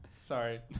Sorry